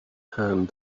hand